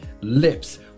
lips